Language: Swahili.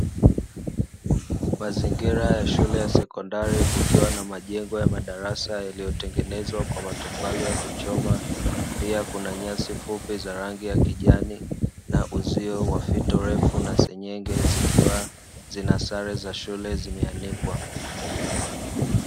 Mazingira ya shule ya sekondari kukiwa na majengo ya madarasa yaliyotengenezwa kwa matofali ya kuchoma, pia kuna nyasi fupi za rangi ya kijani na uzio wa fito refu na sinyenge zikiwa zina sare za shule zimeanikwa.